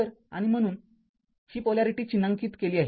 तर आणि म्हणून ही पोलॅरिटी चिन्हांकित केली आहे